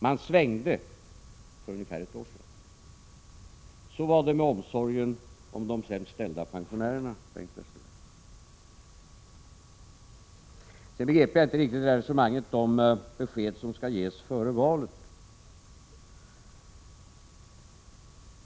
Man svängde för ungefär ett år sedan. Så var det med omsorgen om de sämst ställda pensionärerna, Bengt Westerberg. Sedan begrep jag inte riktig resonemanget om besked som skall ges före valet.